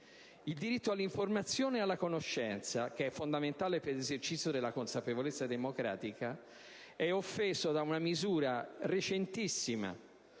Il diritto all'informazione e alla conoscenza, che è fondamentale per l'esercizio della consapevolezza democratica, è offeso da una recentissima